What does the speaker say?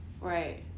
Right